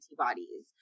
antibodies